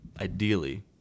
ideally